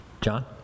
John